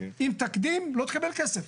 אם תקדים, לא תקבל כסף.